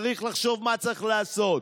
צריך לחשוב מה צריך לעשות.